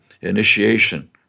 initiation